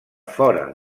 fora